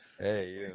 Hey